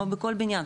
כמו בכל בניין,